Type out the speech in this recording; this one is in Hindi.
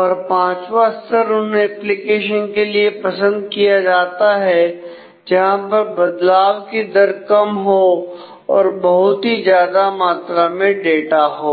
और पांचवा स्तर उन एप्लीकेशन के लिए पसंद किया जाता है जहां पर बदलाव की दर कम हो और बहुत ही ज्यादा मात्रा में डाटा हो